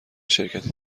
شرکتی